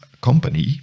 company